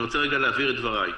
אני רוצה רגע להבהיר את דבריי.